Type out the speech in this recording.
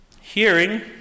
hearing